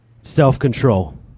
self-control